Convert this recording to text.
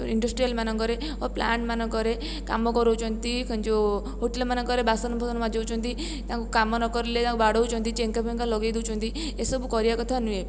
industrial ମାନଙ୍କରେ ଓ plant ମାନଙ୍କରେ କାମ କରଉଛନ୍ତି ଯେଉଁ ହୋଟେଲ୍ ମାନଙ୍କରେ ବାସନ ଫାସନ ମାଯୋଉଛନ୍ତି ତାଙ୍କୁ କାମ ନ କରିଲେ ବାଡ଼ୋଉଛନ୍ତି ଚେଙ୍କା ଫେଙ୍କା ଲଗାଇ ଦଉଛନ୍ତି ଏସବୁ କରିବା କଥା ନୁହେଁ